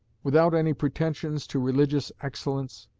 without any pretensions to religious excellence,